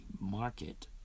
market